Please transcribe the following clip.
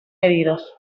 heridos